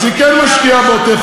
אז היא כן משקיעה בעוטף-עזה,